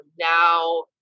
now